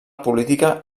política